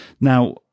Now